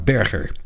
Berger